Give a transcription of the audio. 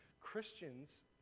Christians